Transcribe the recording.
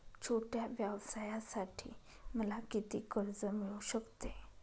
छोट्या व्यवसायासाठी मला किती कर्ज मिळू शकते?